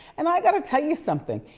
and i gotta tell you something.